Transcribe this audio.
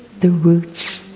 the roots,